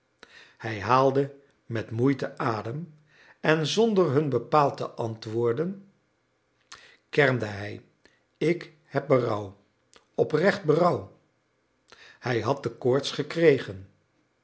hij haalde met moeite adem en zonder hun bepaald te antwoorden kermde hij ik heb berouw oprecht berouw hij had de koorts gekregen